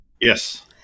Yes